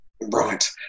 Right